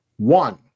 One